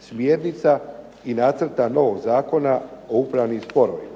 smjernica i nacrta novog Zakona o upravnim sporovima